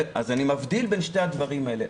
אני מבדיל בין שני הדברים האלה.